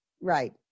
right